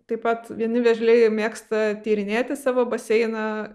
taip pat vieni vėžliai mėgsta tyrinėti savo baseiną